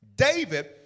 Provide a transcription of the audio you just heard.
David